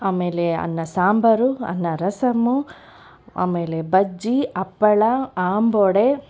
ಆಮೇಲೆ ಅನ್ನ ಸಾಂಬಾರು ಅನ್ನ ರಸಮ್ಮು ಆಮೇಲೆ ಬಜ್ಜಿ ಹಪ್ಪಳ ಆಂಬೊಡೆ